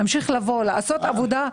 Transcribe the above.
נמשיך לבוא ולעשות עבודה.